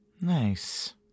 Nice